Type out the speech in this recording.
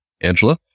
Angela